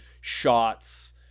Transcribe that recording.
shots